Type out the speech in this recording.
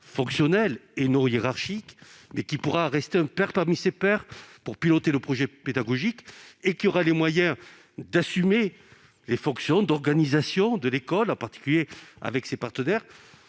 fonctionnelle et non pas hiérarchique. Il pourra rester un pair parmi ses pairs pour piloter le projet pédagogique et aura les moyens d'assumer les fonctions d'organisation de l'école, en particulier avec ses partenaires.